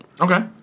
Okay